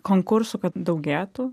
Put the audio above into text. konkursų kad daugėtų